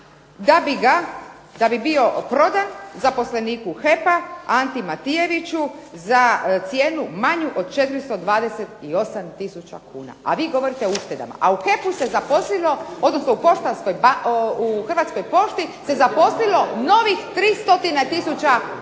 da bi bio prodan zaposleniku HEP-a Anti Matijeviću za cijenu manju od 428 tisuća kuna, a vi govorite o uštedama, a u HEP-u se zaposlilo, odnosno u Hrvatskoj pošti se zaposlilo novih 3 stotine